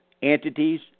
entities